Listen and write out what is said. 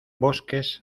bosques